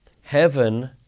Heaven